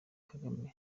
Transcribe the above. kagame